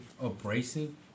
abrasive